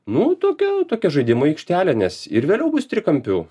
nu tokia tokia žaidimų aikštelė nes ir vėliau bus trikampių